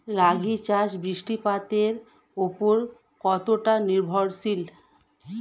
রাগী চাষ বৃষ্টিপাতের ওপর কতটা নির্ভরশীল?